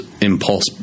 impulse